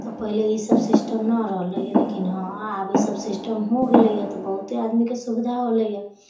तऽ पहिले ई सब सिस्टम नहि रहलै लेकिन हाँ आब ई सब सिस्टम हो गेलै तऽ बहुते आदमीके सुविधा होलै